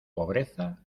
pobreza